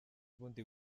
ubundi